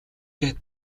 гээд